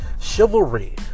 chivalry